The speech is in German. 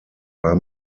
war